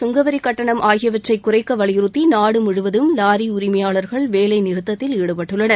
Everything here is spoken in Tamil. சுங்கவரிக் கட்டணம் ஆகியவற்றை குறைக்க வலியுறுத்தி நாடு முழுவதும் லாரி உரிமையாளர்கள் வேலைநிறுத்தத்தில் ஈடுபட்டுள்ளனர்